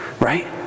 right